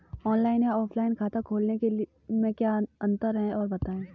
Online या offline खाता खोलने में क्या अंतर है बताएँ?